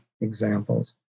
examples